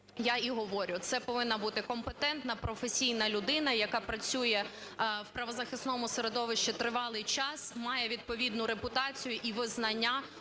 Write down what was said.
я і говорю. Це повинна бути компетентна, професійна людина, яка працює в правозахисному середовищі тривалий час, має відповідну репутацію і визнання